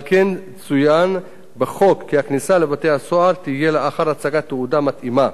על כן צוין בחוק כי הכניסה לבתי-הסוהר תהיה לאחר הצגת תעודה מתאימה.